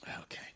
Okay